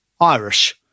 Irish